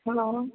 hello